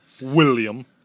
William